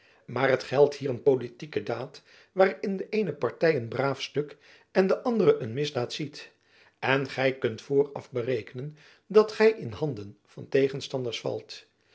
maar t geldt hier een politieke daad waarin de eene party een braaf stuk en de andere een misdaad ziet en gy kunt vooraf berekenen dat gy in handen van tegenstanders valt